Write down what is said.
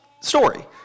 story